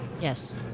Yes